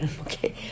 okay